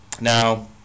Now